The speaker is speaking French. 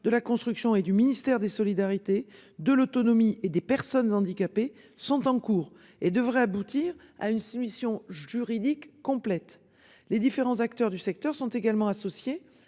de la construction et du ministère des solidarités, de l'autonomie et des personnes handicapées sont en cours et devraient aboutir. Ah une soumission juridique complète les différents acteurs du secteur sont également associés